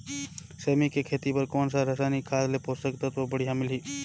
सेमी के खेती बार कोन सा रसायनिक खाद ले पोषक तत्व बढ़िया मिलही?